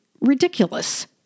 ridiculous